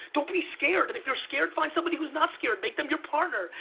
don't be scared. and if you're scared, find somebody who's not scared. make them your partner.